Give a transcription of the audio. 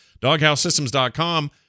Doghousesystems.com